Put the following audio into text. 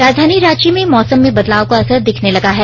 राजधानी रांची में मौसम में बदलाव का असर दिखने लगा है